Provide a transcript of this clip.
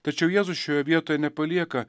tačiau jėzus šioje vietoje nepalieka